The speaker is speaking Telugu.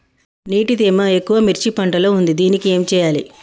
నీటి తేమ ఎక్కువ మిర్చి పంట లో ఉంది దీనికి ఏం చేయాలి?